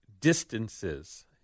distances